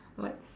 what